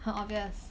很 obvious